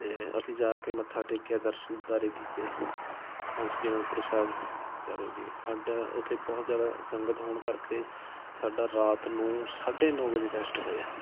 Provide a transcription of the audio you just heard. ਅਤੇ ਅਸੀਂ ਜਾ ਕੇ ਮੱਥਾ ਟੇਕਿਆ ਦਰਸ਼ਨ ਦੀਦਾਰੇ ਕੀਤੇ ਨਾਲੇ ਸ਼੍ਰੀ ਅਨੰਦਪੁਰ ਸਾਹਿਬ ਚਲੋ ਜੀ ਸਾਡਾ ਉੱਥੇ ਬਹੁਤ ਜ਼ਿਆਦਾ ਸੰਗਤ ਹੋਣ ਕਰਕੇ ਸਾਡਾ ਰਾਤ ਨੂੰ ਸਾਢੇ ਨੌ ਵਜੇ ਟੈਸਟ ਹੋਇਆ